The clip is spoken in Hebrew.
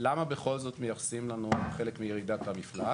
למה בכל זאת מייחסים לנו חלק מירידת המפלס?